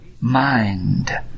mind